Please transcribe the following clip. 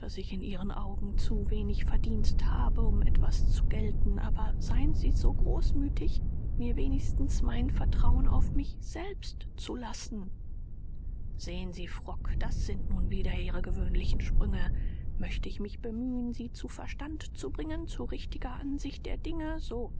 ich in ihren augen zu wenig verdienst habe um etwas zu gelten aber seien sie so großmütig mir mindestens mein vertrauen auf mich selbst zu lassen sehen sie frock das sind nun wieder ihre gewöhnlichen sprünge möchte ich mich bemühen sie zu verstand zu bringen zu richtiger ansicht der dinge so